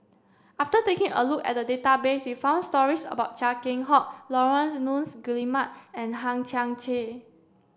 after taking a look at the database we found stories about Chia Keng Hock Laurence Nunns Guillemard and Hang Chang Chieh